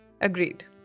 Agreed